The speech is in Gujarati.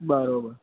બરાબર